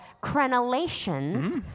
crenellations